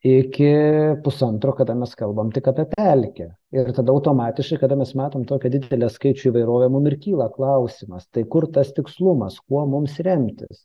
iki pusantro kada mes kalbam tik apie pelkę ir tada automatiškai kada mes matom tokią didelę skaičių įvairovę mum ir kyla klausimas tai kur tas tikslumas kuo mums remtis